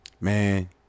man